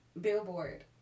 billboard